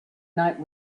night